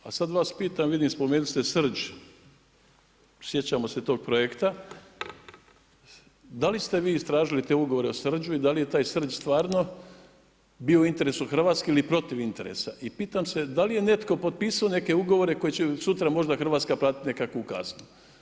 A sad vas pitam, vidim spomenuli ste Srđ, sjećamo se tog projekta, da li ste vi istražili te ugovore o Srđu i da li je taj Srđ stvarno bio u interesu Hrvatske ili protiv interesa i pitam se da li je netko potpisao neke ugovore koji će sutra možda Hrvatska platiti nekakvu kaznu?